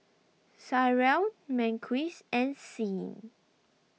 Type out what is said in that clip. Tyrell Marquise and Sean